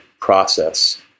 process